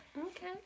okay